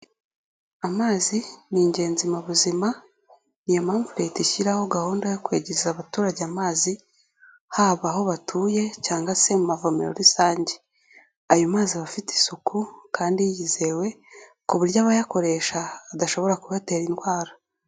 Amazi ni ingenzi mu buzima, ni iyo mpamvu Leta ishyiraho gahunda yo kwegereza abaturage amazi, haba aho batuye cyangwa se mu mavomero rusange. Ayo mazi aba afite isuku kandi yizewe ku buryo abayakoresha adashobora kubatera indwara.